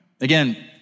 Again